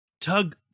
Tug